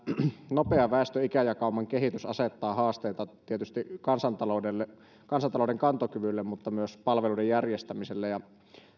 nopea väestön ikäjakauman kehitys asettaa haasteita tietysti kansantalouden kansantalouden kantokyvylle mutta myös palveluiden järjestämiselle